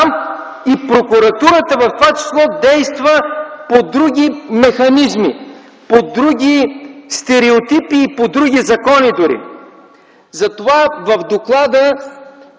и прокуратурата в това число действа по други механизми, по други стереотипи и по други закони дори. Затова би следвало